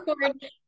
record